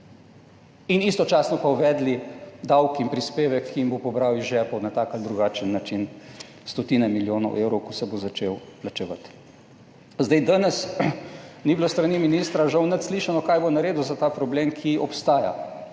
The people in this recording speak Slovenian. in istočasno pa uvedli davek in prispevek, ki jim bo pobral iz žepov na tak ali drugačen način stotine milijonov evrov, ko se bo začel plačevati. Danes ni bilo s strani ministra žal nič slišano kaj bo naredil za ta problem, ki obstaja.